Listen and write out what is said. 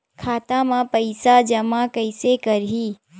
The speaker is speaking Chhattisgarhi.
खाता म पईसा जमा कइसे करही?